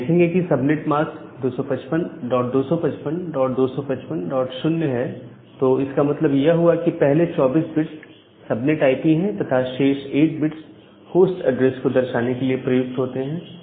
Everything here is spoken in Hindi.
यहां आप देखेंगे कि सबनेट मास्क 2552552550 है तो इसका मतलब यह हुआ कि पहले 24 बिट्स सब नेट आईपी है तथा शेष 8 बिट्स होस्ट एड्रेस को दर्शाने के लिए प्रयुक्त होते हैं